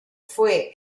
fue